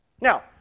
Now